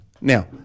Now